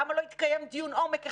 למה לא התקיים דיון עומק אחד,